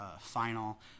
Final